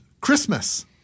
Christmas